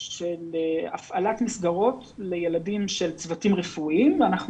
להפעלת מסגרות לילדים של צוותים רפואיים ואנחנו